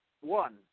One